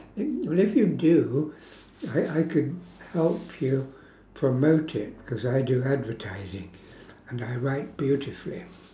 if well if you do I I could help you promote it because I do advertising and I write beautifully